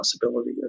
possibility